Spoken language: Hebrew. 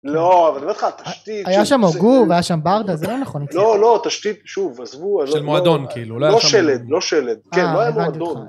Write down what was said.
לא, אבל אני אומר לך, התשתית... היה שם אוגו, היה שם ברדה, זה לא נכון. לא, לא, תשתית, שוב, עזבו, של מועדון כאילו, לא שלד, לא שלד. כן, לא היה מועדון.